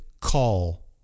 call